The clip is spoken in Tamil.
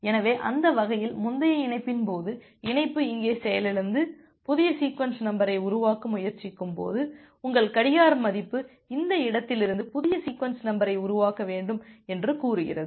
எனவே அந்த வகையில் முந்தைய இணைப்பின் போது இணைப்பு இங்கே செயலிழந்து புதிய சீக்வென்ஸ் நம்பரை உருவாக்க முயற்சிக்கும்போது உங்கள் கடிகார மதிப்பு இந்த இடத்திலிருந்து புதிய சீக்வென்ஸ் நம்பரை உருவாக்க வேண்டும் என்று கூறுகிறது